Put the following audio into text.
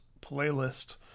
playlist